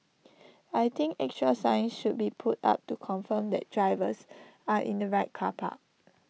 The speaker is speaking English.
I think extra signs should be put up to confirm that drivers are in the right car park